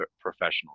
professionals